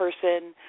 person